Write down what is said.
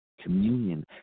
communion